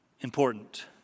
important